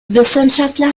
wissenschaftler